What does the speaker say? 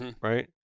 Right